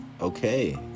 Okay